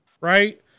right